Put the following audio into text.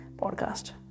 podcast